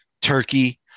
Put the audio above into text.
turkey